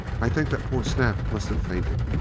i think that poor snap must have fainted.